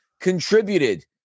contributed